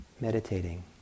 meditating